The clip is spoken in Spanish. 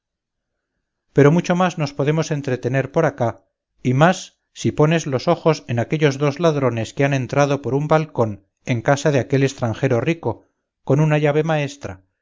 pero mucho más nos podemos entretener por acá y más si pones los ojos en aquellos dos ladrones que han entrado por un balcón en casa de aquel estranjero rico con una llave maestra